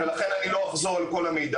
ולכן אני לא אחזור על כל המידע,